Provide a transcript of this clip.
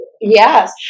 Yes